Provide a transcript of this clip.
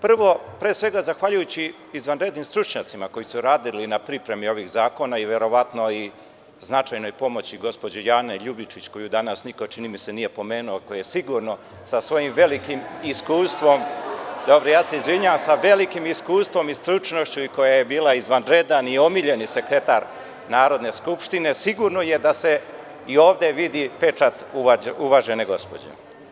Prvo, pre svega, zahvaljujući stručnjacima koji su radili na pripremi ovih zakona i verovatno značajnoj pomoći gospođe Jane Ljubičić koju danas, čini mi se, niko nije pomenuo, a koja je sigurno sa svojim velikim iskustvom, stručnošću, koja je bila izvanredan i omiljeni sekretar Narodne skupštine, sigurno je da se i ovde vidi pečat uvažene gospođe.